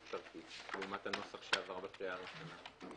כרטיס" לעומת הנוסח שעבר בקריאה הראשונה.